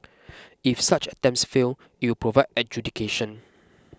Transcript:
if such attempts fail it will provide adjudication